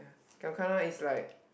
giam gana is like